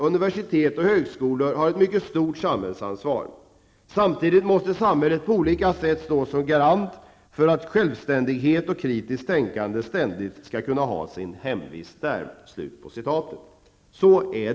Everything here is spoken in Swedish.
Universitet och högskolor har ett mycket stort samhällsansvar. Samtidigt måste samhället på olika sätt stå som garant för att självständighet och kritiskt tänkande ständigt skall kunna ha sin hemvist där.